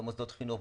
במוסדות חינוך,